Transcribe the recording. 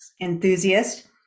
enthusiast